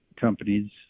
companies